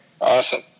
Awesome